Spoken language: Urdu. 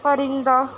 پرندہ